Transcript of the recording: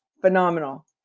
phenomenal